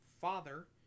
father